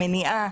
מניעה,